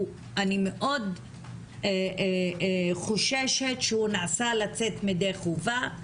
אני מאוד חוששת שהוא נעשה לצאת מדי חובה,